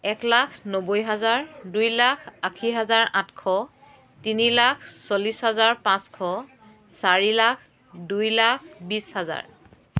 এক লাখ নব্বৈ হেজাৰ দুই লাখ আশী হেজাৰ আঠশ তিনি লাখ চল্লিছ হেজাৰ পাঁচশ চাৰি লাখ দুই লাখ বিছ হেজাৰ